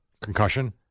Concussion